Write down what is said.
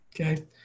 okay